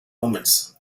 omens